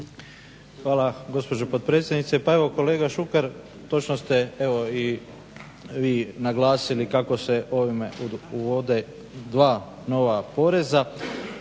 Hvala gospođo potpredsjednice. Pa evo kolega Šuker točno ste evo i vi naglasili kako se ovim uvode dva nova poreza